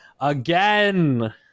again